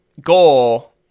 goal